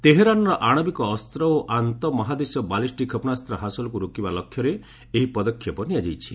ତେହେରାନ୍ର ଆଣବିକ ଅସ୍ତ୍ର ଓ ଆନ୍ତଃ ମହାଦେଶୀୟ ବାଲିଷ୍ଟିକ୍ କ୍ଷେପଶାସ୍ତ୍ର ହାସଲକୁ ରୋକିବା ଲକ୍ଷ୍ୟରେ ଏହି ପଦକ୍ଷେପ ନିଆଯାଇଛି